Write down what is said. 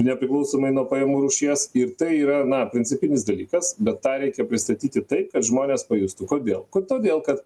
nepriklausomai nuo pajamų rūšies ir tai yra na principinis dalykas bet tą reikia pristatyti taip kad žmonės pajustų kodėl k todėl kad